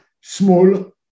Small